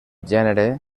gènere